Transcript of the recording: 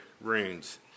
ruins